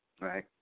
right